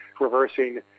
reversing